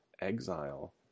Exile